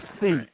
see